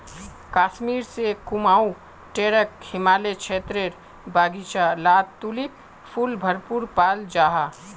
कश्मीर से कुमाऊं टेकर हिमालयी क्षेत्रेर बघिचा लात तुलिप फुल भरपूर पाल जाहा